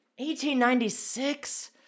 1896